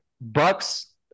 Bucks